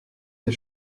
des